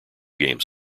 game